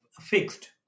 fixed